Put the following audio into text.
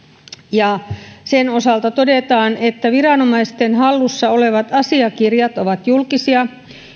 ja sen osalta todetaan että viranomaisten hallussa olevat asiakirjat ovat julkisia